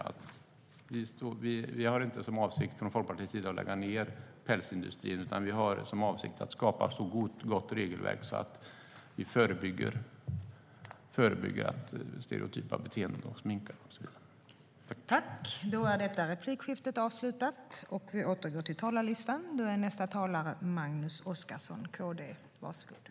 Från Folkpartiets sida har vi inte för avsikt att lägga ned pälsindustrin, utan vi har för avsikt att skapa ett så gott regelverk att vi förebygger stereotypa beteenden hos minkar och så vidare.